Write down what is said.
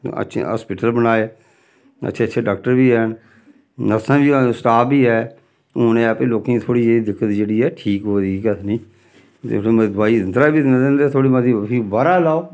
अच्छे हास्पिटल बनाए अच्छे अच्छे डाक्टर बी हैन नर्सां बी स्टाफ बी ऐ हून ऐ भई लोकें थोह्ड़ी जेही दिक्कत जेह्ड़ी ऐ ठीक होआ कथनी थोह्ड़ी मती दवाई अंदरा बी दिंदे ते थोह्ड़ी मती फ्ही बाह्रा बी लैओ